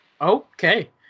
Okay